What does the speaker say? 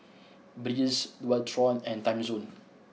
Breeze Dualtron and Timezone